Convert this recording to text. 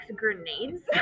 grenades